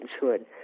hood